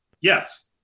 Yes